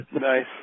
nice